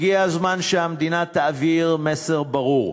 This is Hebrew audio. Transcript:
הגיע הזמן שהמדינה תעביר מסר ברור: